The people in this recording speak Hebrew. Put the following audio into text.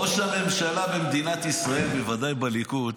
ראש הממשלה במדינת ישראל, בוודאי בליכוד,